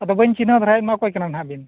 ᱟᱫᱚ ᱵᱟᱹᱧ ᱪᱤᱱᱦᱟᱹᱣ ᱫᱷᱟᱨᱟᱭᱮᱫ ᱢᱮᱭᱟ ᱚᱠᱚᱭ ᱠᱟᱱᱟ ᱦᱟᱜ ᱵᱤᱱ